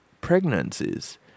pregnancies